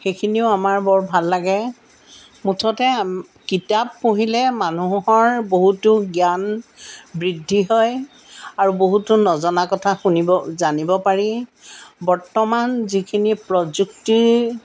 সেইখিনিয়েও আমাৰ বৰ ভাল লাগে মুঠতে আম কিতাপ পঢ়িলে মানুহৰ বহুতো জ্ঞান বৃদ্ধি হয় আৰু বহুতো নজনা কথা শুনিব জানিব পাৰি বৰ্তমান যিখিনি প্ৰযুক্তিৰ